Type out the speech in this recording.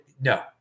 no